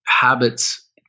habits